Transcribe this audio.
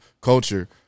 Culture